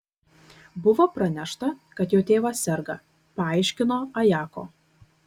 buvo pranešta kad jo tėvas serga paaiškino ajako